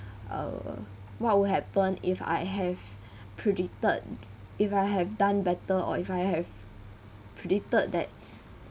err what would happen if I have predicted if I have done better or if I have predicted that